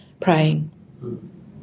praying